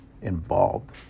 involved